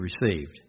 received